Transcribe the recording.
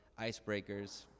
icebreakers